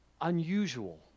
unusual